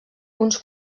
uns